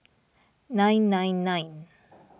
nine nine nine